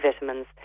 vitamins